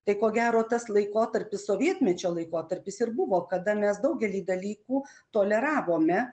tai ko gero tas laikotarpis sovietmečio laikotarpis ir buvo kada mes daugelį dalykų toleravome